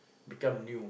become new